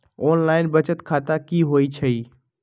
Online बचत खाता की होई छई?